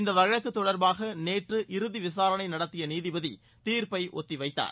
இந்த வழக்கு தொடர்பாக நேற்று இறுதி விசாரனை நடத்திய நீதிபதி தீர்ப்பை ஒத்திவைத்தார்